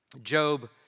Job